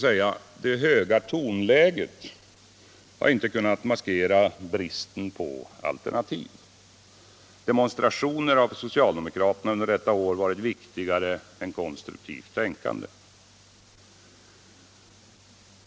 Men det höga tonläget har inte kunnat maskera bristen på alternativ. Demonstrationer har för socialdemokraterna under detta år varit viktigare än konstruktivt tänkande.